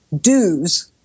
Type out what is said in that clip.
dues